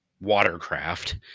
watercraft